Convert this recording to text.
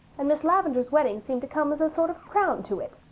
and miss lavendar's wedding seemed to come as a sort of crown to it.